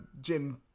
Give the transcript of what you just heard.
Jim